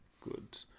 Good